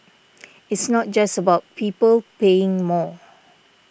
it's not just about people paying more